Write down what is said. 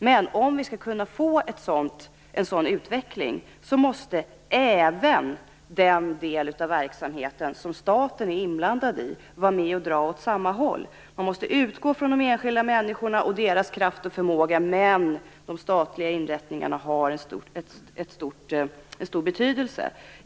Men om vi skall kunna få en sådan här utveckling måste även den del av verksamheten som staten är inblandad i vara med och dra åt samma håll. Man måste utgå från de enskilda människorna och deras kraft och förmåga, men de statliga inrättningarna har en stor betydelse.